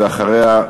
ואחריה,